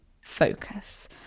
focus